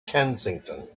kensington